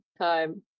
time